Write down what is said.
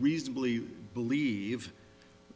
reasonably believe